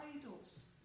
idols